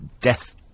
death